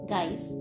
Guys